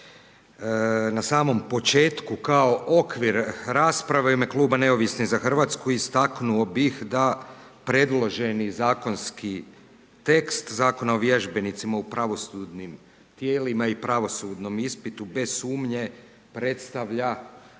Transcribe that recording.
Na samom početku kao okvir rasprave u ime kluba Neovisni za Hrvatsku istaknuo bih da predloženi zakonski tekst Zakona o vježbenicima u pravosudnim tijelima i pravosudnom ispitu bez sumnje predstavlja